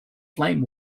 flame